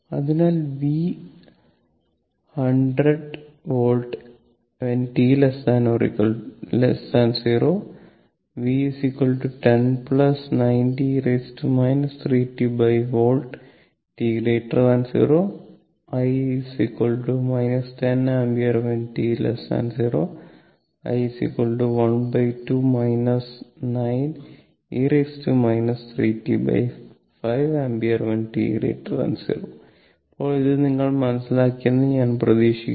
അതിനാൽ V 100 volt t0 V 10 90 e 3t5volt t0 i 10 Amp t0 i ½ 9 e 3t5Amp t0 ഇപ്പോൾ ഇത് നിങ്ങൾ മനസ്സിലാക്കിയെന്ന് ഞാൻ പ്രതീക്ഷിക്കുന്നു